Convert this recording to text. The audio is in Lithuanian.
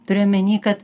turiu omeny kad